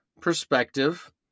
perspective